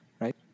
right